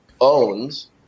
owns